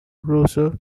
russo